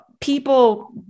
people